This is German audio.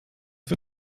für